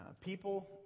people